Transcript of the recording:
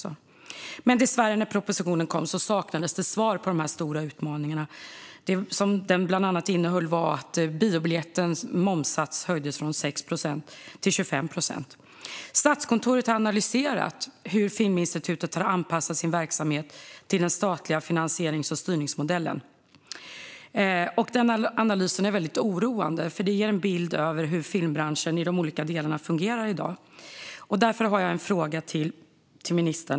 Men när propositionen kom saknades dessvärre svar på de stora utmaningarna. Propositionen innehöll förslag om att biobiljettens momssats skulle höjas från 6 procent till 25 procent. Statskontoret har analyserat hur Filminstitutet har anpassat sin verksamhet till den statliga finansierings och styrningsmodellen. Analysen är oroande eftersom den ger en bild av hur filmbranschen i de olika delarna fungerar i dag. Därför har jag en fråga till ministern.